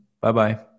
Bye-bye